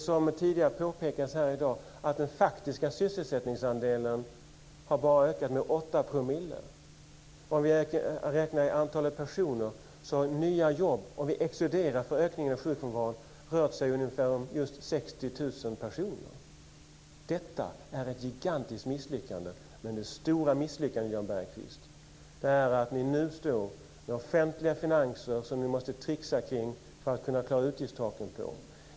Som tidigare påpekats här i dag har den faktiska sysselsättningsandelen bara ökat med 8 %. Räknat i antalet personer - om vi exkluderar ökningen av sjukfrånvaron - rör det sig om ungefär 60 000 personer. Detta är ett gigantiskt misslyckande. Men det stora misslyckandet, Jan Bergqvist, är att ni nu står med offentliga finanser som ni måste tricksa kring för att kunna klara utgiftstaken.